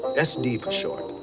sd for short.